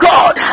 God